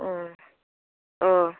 औ